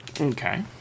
Okay